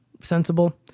sensible